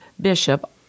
Bishop